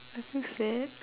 I feel sad